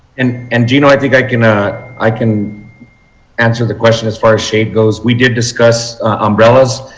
and and you know i think i can ah i can answer the question as far as shade goes. we did discuss umbrellas.